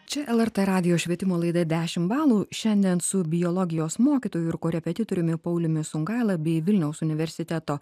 čia lrt radijo švietimo laida dešimt balų šiandien su biologijos mokytoju ir korepetitoriumi pauliumi sungaila bei vilniaus universiteto